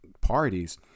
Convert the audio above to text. parties